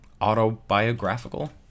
autobiographical